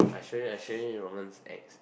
I show you I show you Rong En's ex